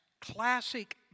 classic